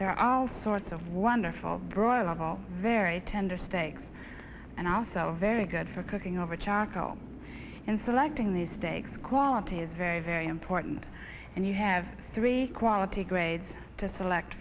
are all sorts of wonderful broiler very tender steaks and also very good for cooking over charcoal and selecting the steaks quality is very very important and you have three quality grades to select